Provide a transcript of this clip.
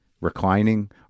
reclining